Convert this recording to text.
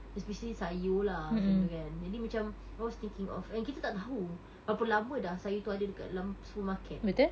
especially sayur lah macam tu kan jadi macam I was thinking of and kita tahu berapa lama dah sayur tu ada kat dalam supermarket